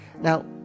Now